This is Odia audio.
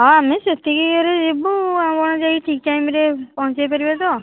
ହଁ ଆମେ ସେତିକି ଇଏରେ ଯିବୁ ଆପଣ ଯାଇ ଠିକ୍ ଟାଇମ୍ ରେ ପହଞ୍ଚେଇ ପାରିବେ ତ